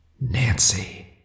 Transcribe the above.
Nancy